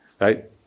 right